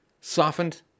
softened